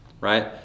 Right